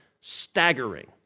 staggering